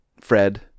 Fred